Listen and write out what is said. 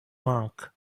monk